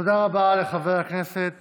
תודה רבה לחבר הכנסת